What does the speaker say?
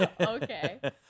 Okay